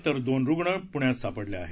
तर दोन रुग्ण प्ण्यात सापडले आहेत